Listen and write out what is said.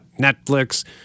Netflix